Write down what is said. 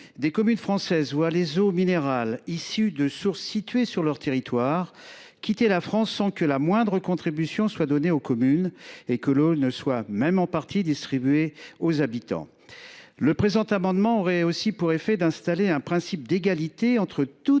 des communes françaises voient les eaux minérales issues de sources situées sur leur territoire quitter la France sans que la moindre contribution soit versée aux communes et sans que l’eau soit, même pour partie, distribuée aux habitants. L’adoption de cet amendement aurait aussi pour effet d’instaurer un principe d’égalité entre toutes